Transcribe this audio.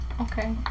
Okay